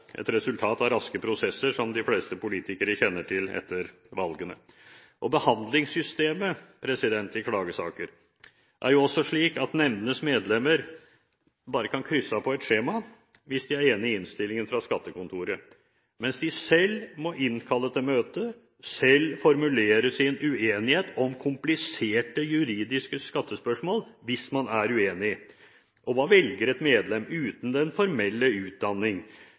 et resultat av raske prosesser etter valgene, som de fleste politikere kjenner til. Og behandlingssystemet når det gjelder klagesaker, er slik at nemndenes medlemmer bare kan krysse av på et skjema hvis de er enig i innstillingen fra skattekontoret, men hvis de er uenig, må de selv innkalle til møte, selv formulere sin uenighet om kompliserte, juridiske skattespørsmål. Og hva velger et medlem uten den formelle utdanning